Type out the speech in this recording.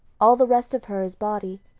all the rest of her is body,